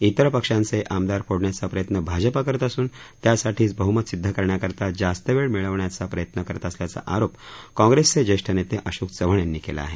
तिर पक्षांचे आमदार फोड्ण्याचा प्रयत्न भाजपा करत असून त्यासाठीच बहुमत सिद्ध करण्याकरता जास्त वेळ मिळ्वण्याचा प्रयत्न करत असल्याचा आरोप काँग्रेसचे ज्येष्ठ नेते अशोक चव्हाण यांनी केला आहे